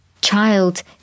child